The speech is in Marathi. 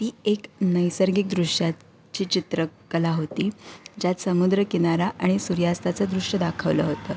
ती एक नैसर्गिक दृश्याची चित्रकला होती ज्यात समुद्रकिनारा आणि सूर्यास्ताचं दृश्य दाखवलं होतं